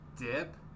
dip